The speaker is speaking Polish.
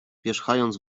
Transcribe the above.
pierzchając